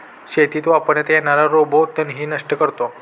शेतीत वापरण्यात येणारा रोबो तणही नष्ट करतो